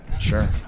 Sure